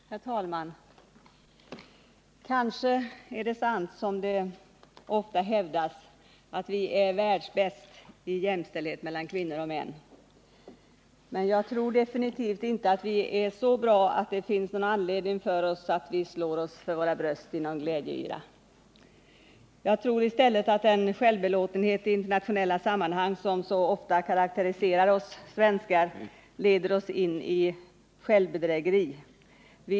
Herr talman! Kanske är det sant som ofta hävdas att vi är världsbäst på jämställdhet mellan kvinnor och män. Men jag tror definitivt inte att vi är så bra att det finns anledning för oss att slå oss för våra bröst i någon glädjeyra. Jag tror i stället att den självbelåtenhet i internationella sammanhang som så ofta karakteriserar oss svenskar leder oss in i ett självbedrägeri.